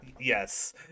Yes